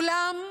כולם סובלים,